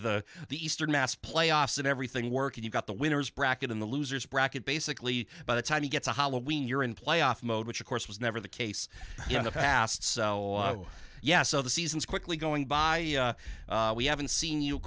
the the eastern mass playoffs and everything working you've got the winners bracket in the losers bracket basically by the time he gets a hollow when you're in playoff mode which of course was never the case in the past so yes so the season's quickly going by we haven't seen you of